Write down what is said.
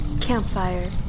Campfire